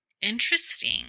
Interesting